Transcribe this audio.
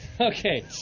Okay